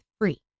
free